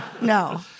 No